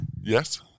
Yes